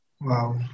Wow